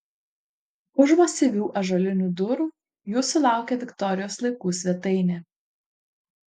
už masyvių ąžuolinių durų jūsų laukia viktorijos laikų svetainė